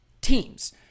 teams